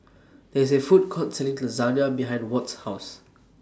There IS A Food Court Selling Lasagne behind Watt's House